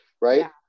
right